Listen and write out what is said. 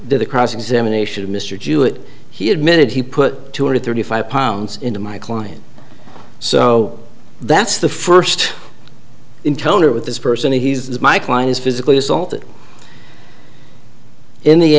the cross examination of mr jewett he admitted he put two hundred thirty five pounds into my client so that's the first encounter with this person he's my client is physically assaulted in the